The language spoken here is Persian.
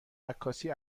عکاسی